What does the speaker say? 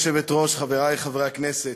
גברתי היושבת-ראש, חברי חברי הכנסת,